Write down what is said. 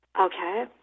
Okay